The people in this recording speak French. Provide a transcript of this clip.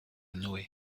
noë